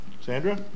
Sandra